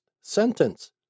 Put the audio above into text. sentence